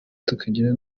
tukagira